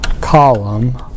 Column